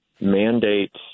mandates